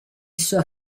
sua